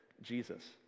Jesus